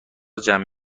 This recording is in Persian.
جمع